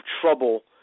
trouble